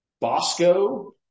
bosco